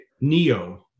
Neo